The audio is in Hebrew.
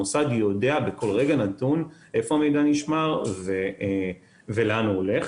המוסד יודע בכל רגע נתון איפה המידע נשמר ולאן הוא הולך.